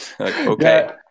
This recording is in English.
okay